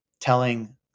telling